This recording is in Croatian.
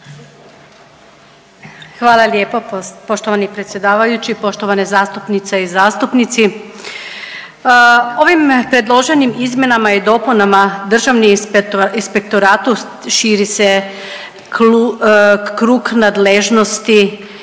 Hvala lijepa poštovani predsjedavajući. Poštovane zastupnice i zastupnici, ovim predloženim izmjenama i dopunama Državnom inspektoratu širi se krug nadležnosti